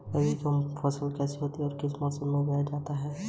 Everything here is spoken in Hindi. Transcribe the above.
पर्सनल लोन की आवश्यकताएं क्या हैं?